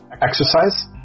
exercise